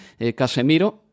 Casemiro